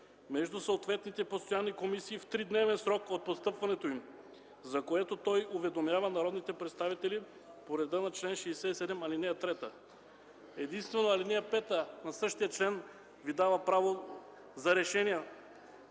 между съответните постоянни комисии в тридневен срок от постъпването им, за което той уведомява народните представители по реда на чл. 67, ал. 3”. Единствено чл. 79 Ви дава право за решения